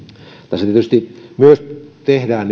tässä tietysti myös tehdään